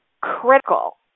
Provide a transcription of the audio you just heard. critical